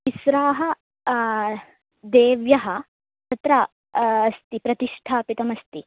तिस्रः देव्यः तत्र अस्ति प्रतिष्ठापितम् अस्ति